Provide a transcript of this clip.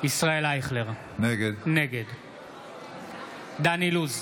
ישראל אייכלר, נגד דן אילוז,